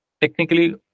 technically